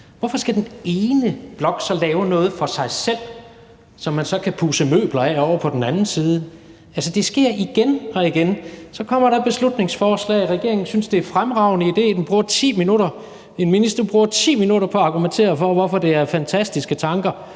hvorfor skal den ene blok så lave noget for sig selv, som man så kan pudse møbler med ovre på den anden side? Altså, det sker igen og igen, at der kommer et beslutningsforslag, og at regeringen synes, det er en fremragende idé, og en minister bruger 10 minutter på at argumentere for, hvorfor det er fantastiske tanker,